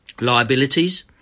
liabilities